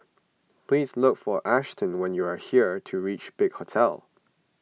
please look for Ashton when you are here to reach Big Hotel